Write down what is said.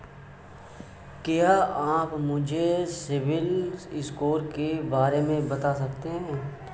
क्या आप मुझे सिबिल स्कोर के बारे में बता सकते हैं?